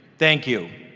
thank you.